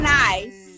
nice